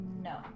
No